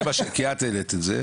כי את העלית את זה,